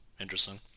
interesting